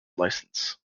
license